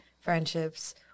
friendships